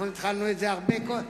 התחלנו בזה הרבה קודם,